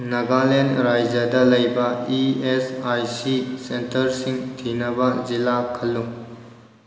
ꯅꯒꯥꯂꯦꯟ ꯔꯥꯖ꯭ꯌꯗ ꯂꯩꯕ E S I C ꯁꯦꯟꯇꯔꯁꯤꯡ ꯊꯤꯅꯕ ꯖꯤꯂꯥ ꯈꯜꯂꯨ